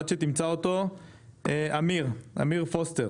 עד שנתחבר אליו, אמיר פוסטר,